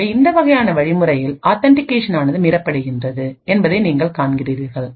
ஆகவே இந்த வகையான வழிமுறையில் ஆத்தன்டிகேஷன்ஆனது மீறப்படுகின்றது என்பதை நீங்கள் காண்கிறீர்கள்